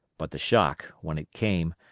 but the shock, when it came,